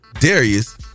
Darius